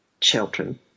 children